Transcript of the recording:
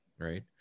right